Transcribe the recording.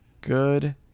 good